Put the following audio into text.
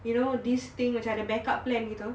you know these thing which are the backup plan gitu